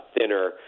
thinner